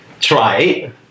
try